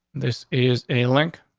this is a link,